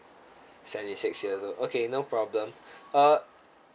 seventy six years old okay no problem uh